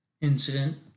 Incident